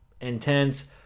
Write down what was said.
intense